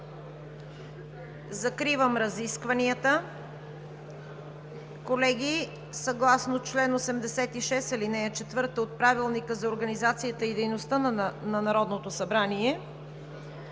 Закривам разискванията. Колеги, съгласно чл. 86, ал. 4 от Правилника за организацията и дейността на Народното събрание